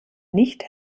nicht